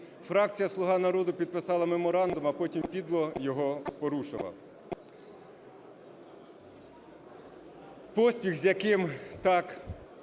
Фракція "Слуга народу" підписала меморандум, а потім підло його порушила.